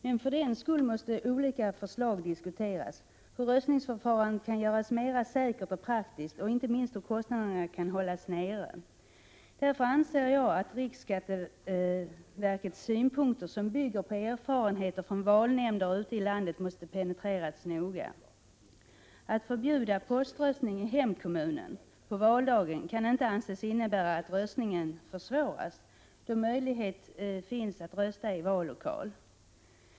Men för den skull måste ändå olika förslag diskuteras om hur röstningsförfarandet kan göras mera säkert och praktiskt och inte minst hur kostnaderna kan hållas nere. Därför anser jag att riksskatteverkets synpunkter som bygger på erfarenheter från valnämnder ute i landet måste penetreras noga. Att förbjuda poströstning i hemkommunen på valdagen kan inte anses innebära att röstningen försvåras då möjlighet att rösta i vallokal finns.